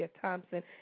Thompson